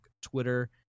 Twitter